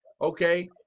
okay